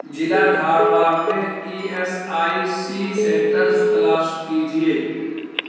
ضلع دھارواڑ میں E S I C centres تلاش کیجیے